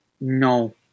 no